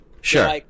Sure